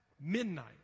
midnight